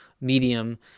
medium